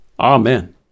Amen